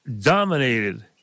dominated